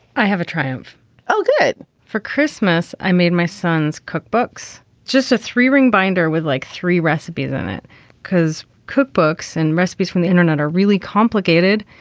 i have a triumph oh, good for christmas. i made my son's cookbooks just a three ring binder with like three recipes in it because cookbooks and recipes from the internet are really complicated.